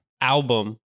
album